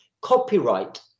copyright